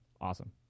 Awesome